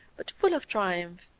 but full of triumph.